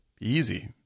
easy